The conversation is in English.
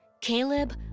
Caleb